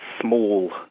small